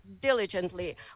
diligently